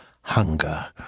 hunger